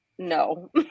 no